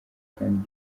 kandi